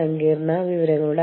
വീണ്ടും വാണിജ്യ നയതന്ത്രം